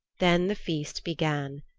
then the feast began.